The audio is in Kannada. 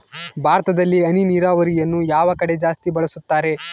ಭಾರತದಲ್ಲಿ ಹನಿ ನೇರಾವರಿಯನ್ನು ಯಾವ ಕಡೆ ಜಾಸ್ತಿ ಬಳಸುತ್ತಾರೆ?